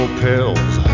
pills